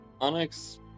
Onyx